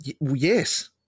Yes